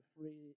free